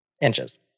Inches